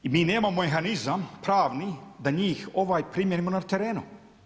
Mi nemamo mehanizam pravni da njih primijenimo na terenu.